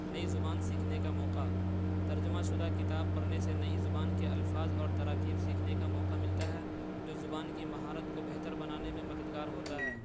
نئی زبان سیکھنے کا موقع ترجمہ شدہ کتاب پڑھنے سے نئی زبان کے الفاظ اور تراکیب سیکھنے کا موقع ملتا ہے جو زبان کی مہارت کو بہتر بنانے میں مددگار ہوتا ہے